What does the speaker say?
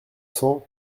cent